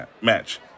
match